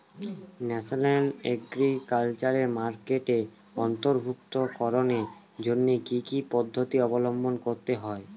National agriculture মার্কেটে অন্তর্ভুক্তিকরণের জন্য কি কি পদ্ধতি অবলম্বন করতে হয়?